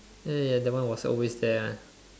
ya ya ya that one was always there one